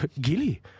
Gilly